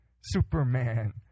Superman